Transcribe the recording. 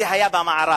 זה היה במערב.